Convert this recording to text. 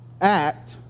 act